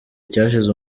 cyashize